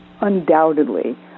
undoubtedly